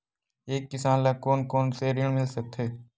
एक किसान ल कोन कोन से ऋण मिल सकथे?